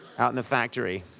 out in the factory.